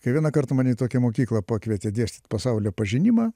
kai vieną kartą mane į tokią mokyklą pakvietė dėstyt pasaulio pažinimą